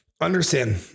understand